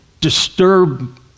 disturb